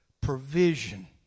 provision